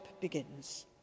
begins